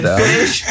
fish